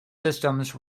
systems